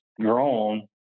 grown